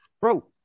bro